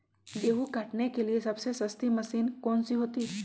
गेंहू काटने के लिए सबसे सस्ती मशीन कौन सी होती है?